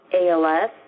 ALS